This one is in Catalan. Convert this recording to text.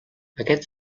aquest